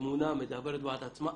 התמונה מדברת בעד עצמה.